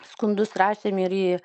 skundus rašėm ir į